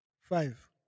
Five